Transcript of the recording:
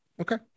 Okay